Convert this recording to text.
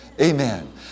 Amen